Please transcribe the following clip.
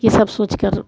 ये सब सोचकर